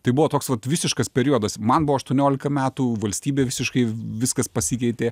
tai buvo toks vat visiškas periodas man buvo aštuoniolika metų valstybė visiškai viskas pasikeitė